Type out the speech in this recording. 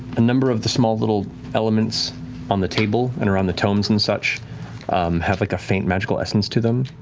a number of the small little elements on the table and around the tomes and such have like a faint magical essence to them.